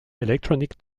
electronic